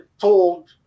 told